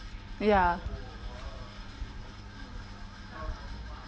ya